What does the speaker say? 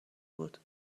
بود